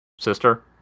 sister